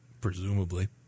Presumably